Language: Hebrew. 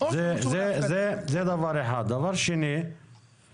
אם אין כוונה לתקן ואין דרישה לתקן,